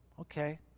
Okay